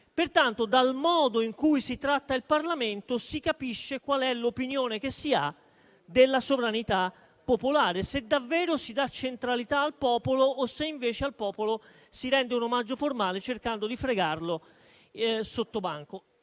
e voce. Dal modo in cui si tratta il Parlamento si capisce, pertanto, qual è l'opinione che si ha della sovranità popolare; se davvero si dà centralità al popolo o se invece al popolo si rende un omaggio formale, cercando di fregarlo sottobanco.